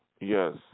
yes